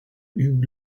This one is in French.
hugues